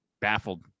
baffled